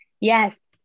yes